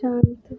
शान्त